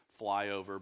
flyover